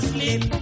Sleep